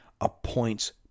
appoints